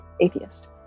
atheist